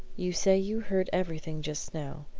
you say you heard everything just now,